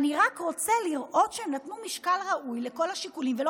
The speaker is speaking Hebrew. אני רק רוצה לראות שהם נתנו משקל ראוי לכל השיקולים ולא